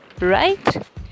right